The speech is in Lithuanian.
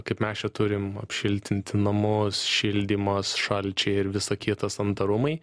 kaip mes čia turim apšiltinti namus šildymas šalčiai ir visa kita santa rūmai